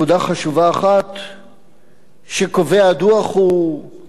שקובע הדוח היא שיש לתת לציבור זכות